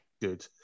good